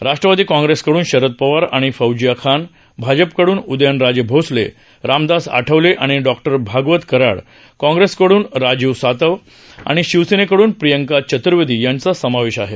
राष्ट्रवादी काँग्रेसकडून शरद पवार आणि फौजिया खान भाजपकडून उदयनराजे भोसले रामदास आठवले आणि डॉक्टर भागवत कराड काँग्रेसकडून राजीव सातव आणि शिवसेनेकडून प्रियंका चतुर्वेदी यांचा समावेश आहे